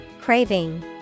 Craving